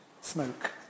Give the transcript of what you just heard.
smoke